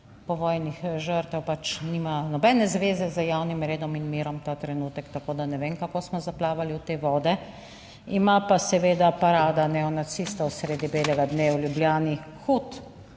povojnih žrtev pač nima nobene zveze z javnim redom in mirom ta trenutek, tako da ne vem, kako smo zaplavali v te vode. Ima pa seveda parada neonacistov sredi belega dne v Ljubljani hud